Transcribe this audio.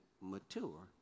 mature